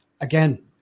again